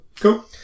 Cool